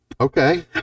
Okay